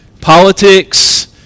politics